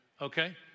Okay